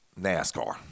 NASCAR